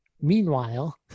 meanwhile